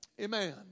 Amen